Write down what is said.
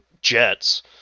jets